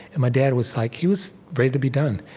and my dad was like he was ready to be done.